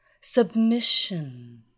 Submission